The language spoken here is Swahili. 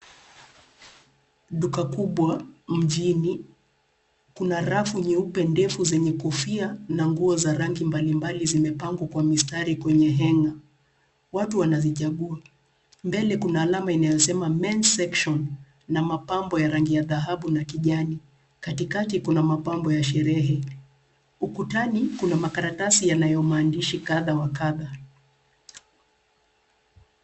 Duka kubwa mjini. Kuna rafu nyeupe ndefu zenye kofia na nguo za rangi mbalimbali zimepangwa kwa mistari kwenye henga. Watu wanazichagua, mbele kuna alama inayosema Men's Section na mapambo ya rangi ya dhahabu na kijani katikati kuna mapambo ya sherehe. Ukutani kuna makaratasi yanayo maandishi kadha wa kadha.